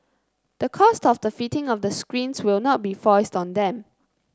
the cost of the fitting of the screens will not be foisted on them